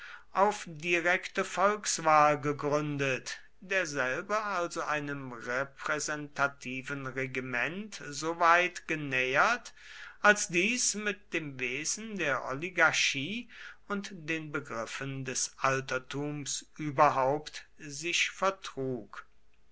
auf direkte volkswahl gegründet derselbe also einem repräsentativen regiment so weit genähert als dies mit dem wesen der oligarchie und den begriffen des altertums überhaupt sich